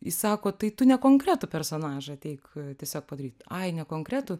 jis sako tai tu ne konkretų personažą ateik tiesiog padaryt ai ne konkretų